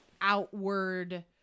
outward